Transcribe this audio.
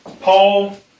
Paul